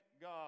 God